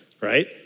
Right